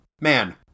Man